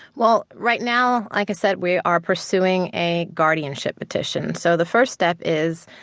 well, right now, like i said, we are pursuing a guardianship petition. so the first step is,